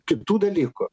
kitų dalykų